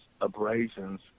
abrasions